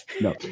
No